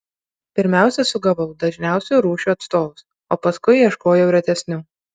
pirmiausia sugavau dažniausių rūšių atstovus o paskui ieškojau retesnių